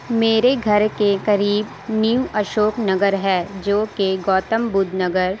میرے گھر کے قریب ںیو اشوک نگر ہے جوکہ گوتم بدھ نگر